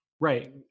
right